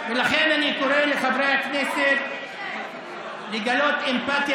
ולכן אני קורא לחברי הכנסת לגלות אמפתיה